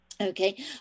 Okay